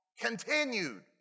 continued